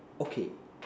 okay